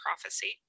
prophecy